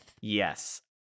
Yes